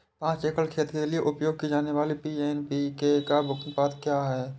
पाँच एकड़ खेत के लिए उपयोग की जाने वाली एन.पी.के का अनुपात क्या है?